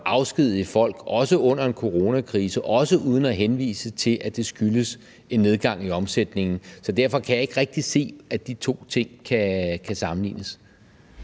afskedige folk, også under en coronakrise, også uden at henvise til, at det skyldes en nedgang i omsætningen. Så derfor kan jeg ikke rigtig se, at de to ting kan sammenlignes.